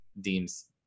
deems